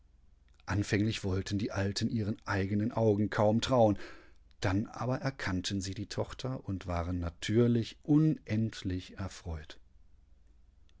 anfänglich wollten die alten ihren eigenen augen kaum trauen dann aber erkannten sie die tochter und waren natürlich unendlich erfreut